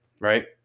right